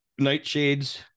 nightshades